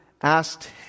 asked